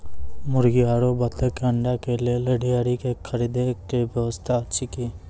मुर्गी आरु बत्तक के अंडा के लेल डेयरी के खरीदे के व्यवस्था अछि कि?